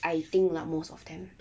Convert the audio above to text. I think lah most of them